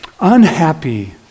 Unhappy